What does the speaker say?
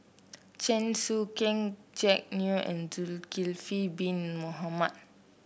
Chen Sucheng Jack Neo and Zulkifli Bin Mohamed